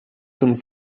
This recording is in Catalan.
ton